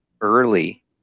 early